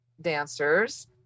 dancers